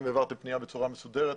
אם העברתם פנייה בצורה מסודרת,